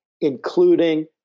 including